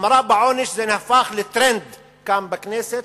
החמרה בעונש נהפכה לטרנד כאן בכנסת,